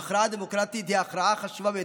ההכרעה הדמוקרטית היא ההכרעה החשובה ביותר.